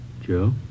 Joe